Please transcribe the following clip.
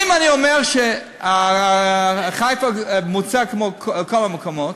ואם אני אומר שבחיפה הממוצע כמו בכל המקומות,